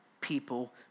people